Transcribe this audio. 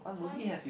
oh I did